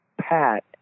Pat